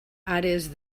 àrees